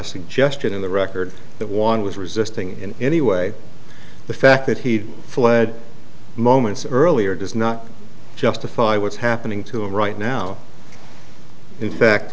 suggestion in the record that one was resisting in any way the fact that he fled moments earlier does not justify what's happening to him right now in fact